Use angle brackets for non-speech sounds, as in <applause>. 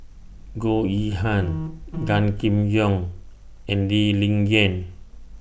Goh Yihan <noise> Gan Kim Yong and Lee Ling Yen